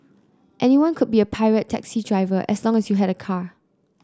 anyone could be a pirate taxi driver as long as you had a car